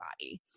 body